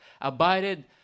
abided